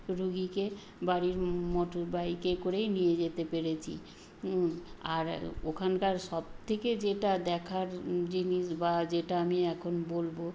রোগীকে বাড়ির মোটরবাইকে করেই নিয়ে যেতে পেরেছি আর ওখানকার সব থেকে যেটা দেখার জিনিস বা যেটা আমি এখন বলব